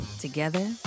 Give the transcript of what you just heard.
Together